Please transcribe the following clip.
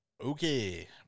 okay